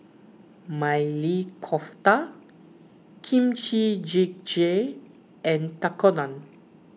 Maili Kofta Kimchi Jjigae and Tekkadon